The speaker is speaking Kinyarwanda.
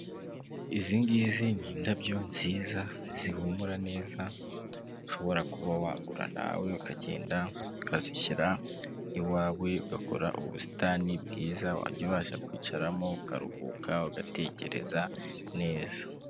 Izingizi ni indabyo nziza zihumura neza, ushobora kuba wagu nawe ukagenda ukazishyira iwawe, ugakora ubusitani bwiza wajya ubasha kwicaramo, ukaruhuka, ugatekereza neza.